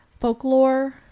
folklore